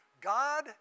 God